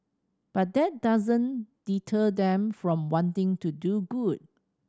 but that doesn't deter them from wanting to do good